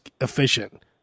efficient